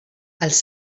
els